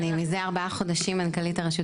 אני מזה ארבעה חודשים מנכ"לית הרשות